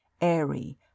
airy